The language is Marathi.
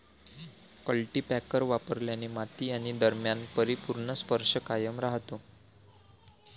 कल्टीपॅकर वापरल्याने माती आणि दरम्यान परिपूर्ण स्पर्श कायम राहतो